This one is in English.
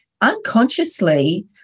unconsciously